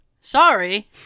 Sorry